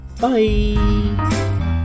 bye